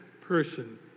person